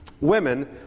women